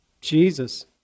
Jesus